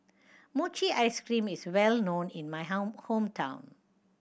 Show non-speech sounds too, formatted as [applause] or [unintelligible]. mochi ice cream is well known in my [unintelligible] hometown